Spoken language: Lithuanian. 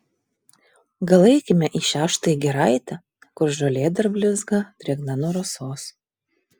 gal eikime į šią štai giraitę kur žolė dar blizga drėgna nuo rasos